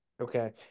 Okay